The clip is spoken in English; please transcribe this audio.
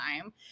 time